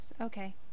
okay